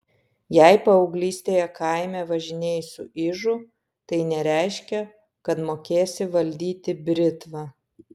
jei paauglystėje kaime važinėjai su ižu tai nereiškia kad mokėsi valdyti britvą